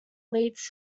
leads